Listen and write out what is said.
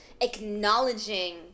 acknowledging